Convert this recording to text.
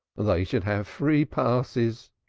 they should have free passes.